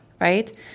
right